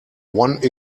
one